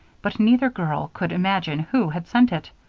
but neither girl could imagine who had sent it.